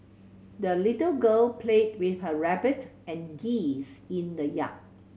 the little girl played with her rabbit and geese in the yard